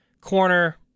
corner